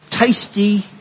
Tasty